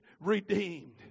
redeemed